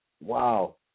Wow